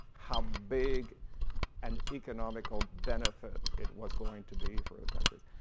how big an economical benefit it was going to be for the country.